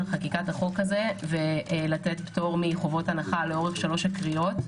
חקיקת החוק הזה ולתת פטור מחובות הנחה לאורך שלוש הקריאות.